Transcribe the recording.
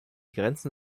grenzen